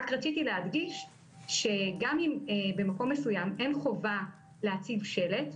רק רציתי להדגיש שגם אם במקום מסוים אין חובה להציב שלט,